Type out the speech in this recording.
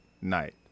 night